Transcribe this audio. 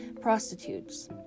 prostitutes